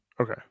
Okay